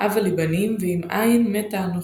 "הבה לי בנים, ואם אין מתה אנוכי".